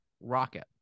rocket